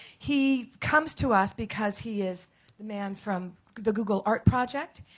he comes to us because he is the man from the google art project.